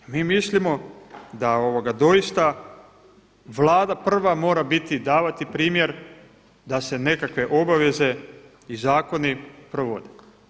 Mi mislimo da doista Vlada prva mora biti, davati primjer da se nekakve obaveze i zakoni provode.